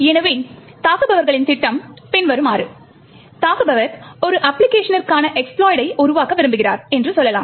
எனவே தாக்குபவர்களின் திட்டம் பின்வருமாறு தாக்குபவர் ஒரு அப்பிளிகேஷனிற்கான எஸ்பிலோய்டை உருவாக்க விரும்புகிறார் என்று சொல்லலாம்